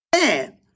man